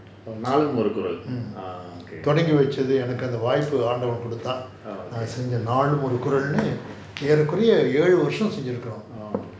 mm தொடங்கிவெச்சது எனக்கு அந்த வாய்ப்பு ஆண்டவன் குடுத்தான் நான் அத செஞ்சேன் நானும் ஒரு குரல் னு ஏற குறைய ஏழு வருஷம் செஞ்சி இருக்குறோம்:thodangivechathu ennaku antha vaaipu aandavan kuduthan naan atha senjaen naanum oru kural nu eara kuraiya yezhu varusham senji irukurom